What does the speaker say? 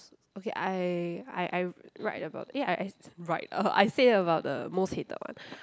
okay I I I write about eh I write I say about the most hated one